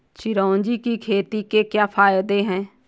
चिरौंजी की खेती के क्या फायदे हैं?